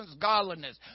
godliness